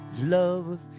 love